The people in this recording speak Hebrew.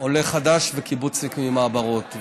עולה חדש וקיבוצניק ממעברות.